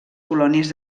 colònies